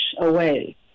away